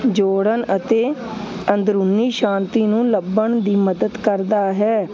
ਜੋੜਨ ਅਤੇ ਅੰਦਰੂਨੀ ਸ਼ਾਂਤੀ ਨੂੰ ਲੱਭਣ ਦੀ ਮਦਦ ਕਰਦਾ ਹੈ